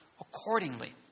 accordingly